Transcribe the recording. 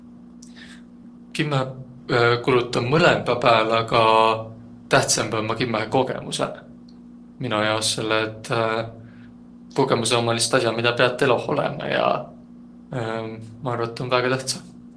Kimmähe kuluda mõlõmba pääle, aga tähtsämbäq ommaq kimmähe kogõmusõq mino jaos. Selle et kogõmusõq ommaq lihtsält as'aq, midä piät eloh olõma ja ma arva, et tuu on väega tähtsä.